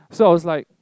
so I was like